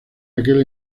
aquel